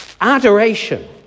Adoration